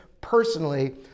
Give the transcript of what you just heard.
personally